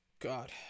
God